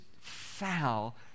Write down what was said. foul